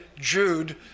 Jude